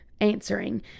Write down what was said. answering